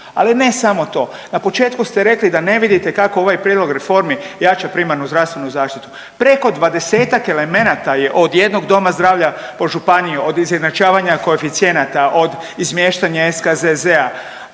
Ali ne samo to. Na početku ste rekli da ne vidite kako ovaj prijedlog reformi jača primarnu zdravstvenu zaštitu. Preko 20-tak elemenata je od jednog doma zdravlja po županiji, od izjednačavanja koeficijenata, od izmještanja SKZZ-a,